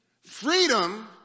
Freedom